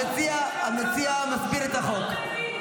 המציע מסביר את החוק.